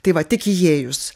tai va tik įėjus